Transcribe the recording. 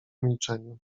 milczeniu